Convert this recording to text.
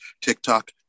TikTok